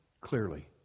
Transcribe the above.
clearly